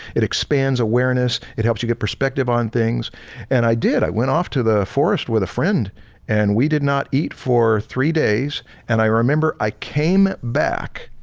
it expands awareness, it helps you get perspective on things and i did. i went off to the forest with a friend and we did not eat for three days and i remember i came back